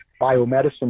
biomedicine